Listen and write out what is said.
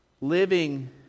living